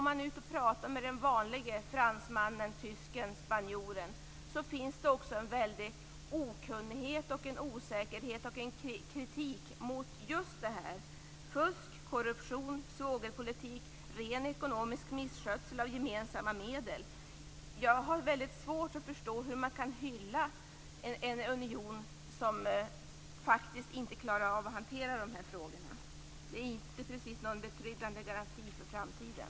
Pratar man med den vanlige fransmannen, tysken eller spanjoren finner man en väldig okunnighet, osäkerhet och kritik mot fusk, korruption, svågerpolitik, ren ekonomisk misskötsel av gemensamma medel. Jag har svårt att förstå hur det går att hylla en union som inte kan hantera de frågorna. Det är inte precis någon betryggande garanti för framtiden.